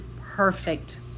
perfect